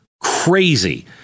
crazy